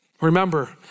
Remember